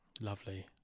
Lovely